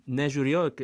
nežiūrėjau k